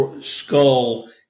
skull